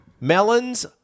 Melons